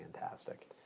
fantastic